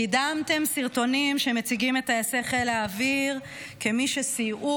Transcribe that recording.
קידמתם סרטונים שמציגים את טייסי חיל האוויר כמי שסייעו